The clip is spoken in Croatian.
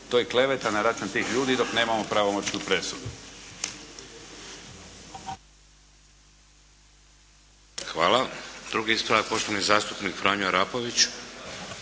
To je kleveta na račun tih ljudi dok nemamo pravomoćnu presudu. **Šeks, Vladimir (HDZ)** Hvala. Drugi ispravak poštovani zastupnik Franjo Arapović.